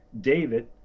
David